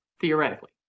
Theoretically